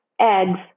eggs